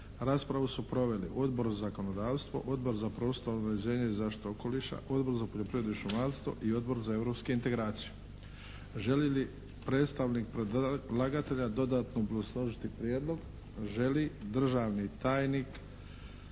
Raspravu su proveli Odbor za zakonodavstvo, Odbor za prostorno uređenje i zaštitu okoliša, Odbor za poljoprivredu i šumarstvo i Odbor za europske integracije. Želi li predstavnik predlagatelja dodatno obrazložiti prijedlog? Želi. Državni tajnik